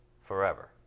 forever